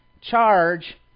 charge